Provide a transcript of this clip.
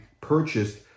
purchased